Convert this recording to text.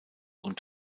und